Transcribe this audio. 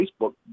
Facebook